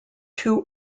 two